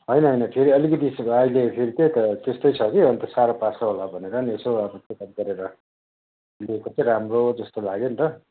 होइन होइन फेरि अलिकति त्यसो भए अहिले फेरि त्यही त त्यस्तै छ कि साह्रो पार्छ होला भनेर नि यसो चेकअप गरेर ल्याएको जस्तो चाहिँ राम्रो जस्तो लाग्यो नि त